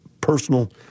personal